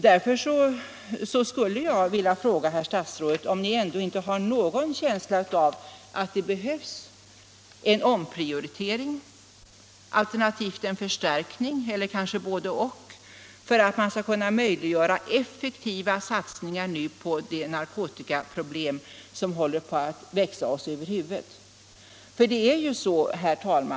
Därför skulle jag vilja fråga herr statsrådet om ni ändå inte har någon känsla av att det behövs en omprioritering, en förstärkning eller kanske bådadera, för att möjliggöra effektiva satsningar på de narkotikaproblem som håller på att växa oss över huvudet.